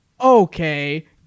Okay